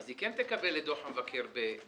היא כן תקבל את דוח המבקר בספטמבר.